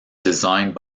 designed